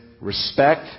respect